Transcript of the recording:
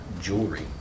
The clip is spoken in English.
jewelry